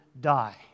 die